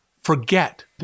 forget